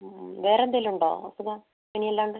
വേറെ എന്തെങ്കിലുമുണ്ടോ അസുഖം പനി അല്ലാണ്ട്